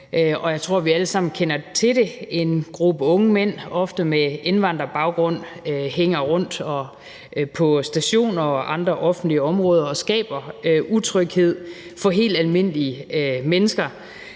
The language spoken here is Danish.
jeg tror, vi alle sammen kender til det: En gruppe unge mænd, ofte med indvandrerbaggrund, hænger rundt på stationer og andre offentlige områder og skaber utryghed for helt almindelige mennesker,